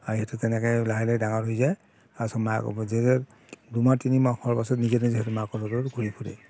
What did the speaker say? R সিহঁতে তেনেকৈ লাহে লাহে ডাঙৰ হৈ যায় তাৰপাছত মাক যেতিয়া দুমাহ তিনিমাহ হোৱাৰ পিছত নিজে নিজে সিহঁতে মাকৰ লগত ঘূৰি ফুৰে